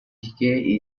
decay